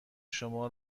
شما